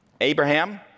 Abraham